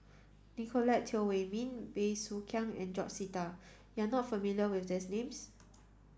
Nicolette Teo Wei min Bey Soo Khiang and George Sita you are not familiar with these names